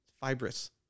fibrous